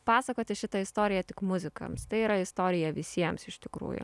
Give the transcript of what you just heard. pasakoti šitą istoriją tik muzikams tai yra istorija visiems iš tikrųjų